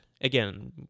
again